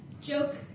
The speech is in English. joke